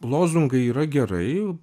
lozungai yra gerai